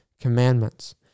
commandments